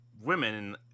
women